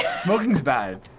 smoking's bad.